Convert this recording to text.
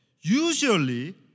usually